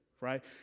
Right